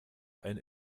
ein